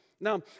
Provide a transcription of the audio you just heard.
Now